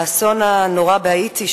האסון הנורא בהאיטי,